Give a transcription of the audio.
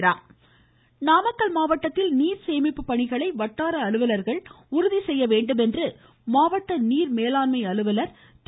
ஆய்வுக் கூட்டம் நாமக்கல் மாவட்டத்தில் நீர் சேமிப்புப் பணிகளை வட்டார அலுவலர்கள் உறுதி செய்ய வேண்டுமென்று மாவட்ட நீர் மேலாண்மை அலுவலர் திரு